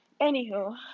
Anywho